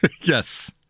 Yes